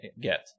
get